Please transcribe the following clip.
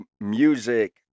music